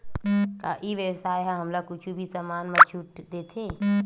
का ई व्यवसाय ह हमला कुछु भी समान मा छुट देथे?